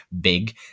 big